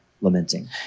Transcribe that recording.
lamenting